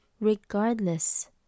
regardless